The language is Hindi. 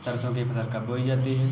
सरसों की फसल कब बोई जाती है?